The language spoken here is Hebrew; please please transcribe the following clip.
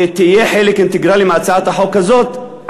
ותהיה חלק אינטגרלי מהצעת החוק הזאת,